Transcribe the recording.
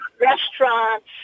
restaurants